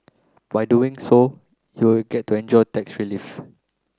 by doing so you get to enjoy tax relief